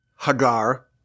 Hagar